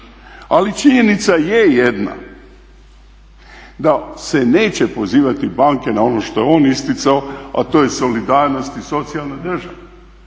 Ali činjenica je jedna da se neće pozivati banke na ono što je on isticao a to je solidarnost i socijalna država.